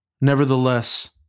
Nevertheless